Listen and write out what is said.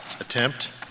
attempt